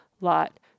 lot